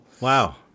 Wow